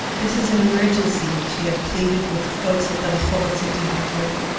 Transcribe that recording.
this is an emergency, she had pleaded with the folks at the rehovot city hotline.